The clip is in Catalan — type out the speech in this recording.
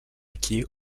aquí